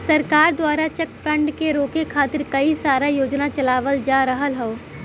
सरकार दवारा cheque fraud के रोके खातिर कई सारा योजना चलावल जा रहल हौ